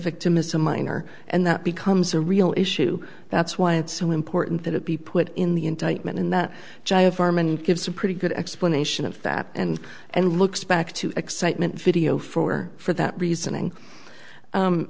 victim is a minor and that becomes a real issue that's why it's so important that it be put in the indictment in that farm and gives a pretty good explanation of that and and looks back to excitement video for for that reason